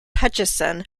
hutchison